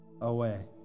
away